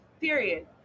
period